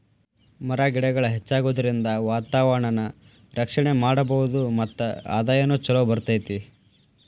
ಮರ ಗಿಡಗಳ ಹೆಚ್ಚಾಗುದರಿಂದ ವಾತಾವರಣಾನ ರಕ್ಷಣೆ ಮಾಡಬಹುದು ಮತ್ತ ಆದಾಯಾನು ಚುಲೊ ಬರತತಿ